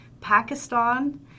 Pakistan